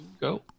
go